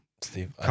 Steve